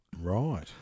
Right